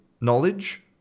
knowledge